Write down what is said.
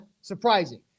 surprising